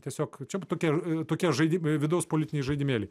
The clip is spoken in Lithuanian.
tiesiog čia tokie tokie žaidimai vidaus politiniai žaidimėliai